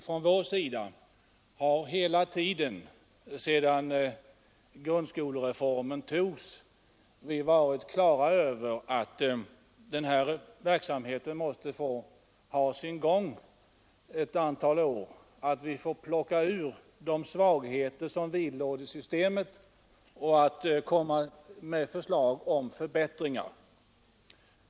Från vår sida har vi hela tiden sedan grundskolereformen togs varit på det klara med att den måste få ha sin gång ett antal år. Under tiden får vi plocka ut de svagheter som otvivelaktigt vidlåder systemet och föreslå förbättringar.